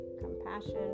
compassion